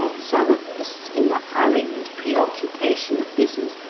some of us, in the hurry and pre-occupation of business,